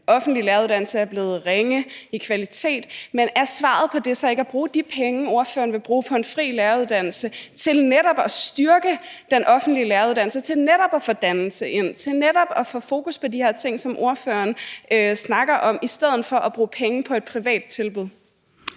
offentlige læreruddannelse, er blevet ringe i forhold til kvalitet. Men er svaret på det så ikke at bruge de penge, ordføreren vil bruge på en fri læreruddannelse, til netop at styrke den offentlige læreruddannelse, til netop at få uddannelse ind, til netop at få fokus på de her ting, som ordføreren snakker om, i stedet for at bruge penge på et privat tilbud?